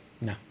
No